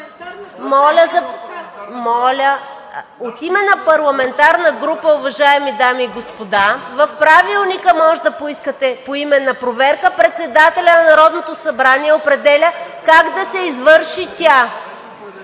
шум и реплики.) От име на парламентарна група, уважаеми дами и господа, в Правилника може да поискате поименна проверка, а председателят на Народното събрание определя как да се извърши тя.